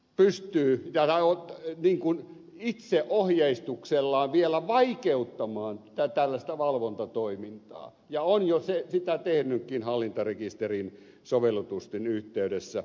pys tyi ja otti pystyy itse ohjeistuksellaan vielä vaikeuttamaan tällaista valvontatoimintaa ja on jo sitä tehnytkin hallintarekisterin sovellutusten yhteydessä